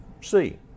see